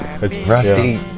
Rusty